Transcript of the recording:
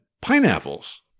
pineapples